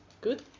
Good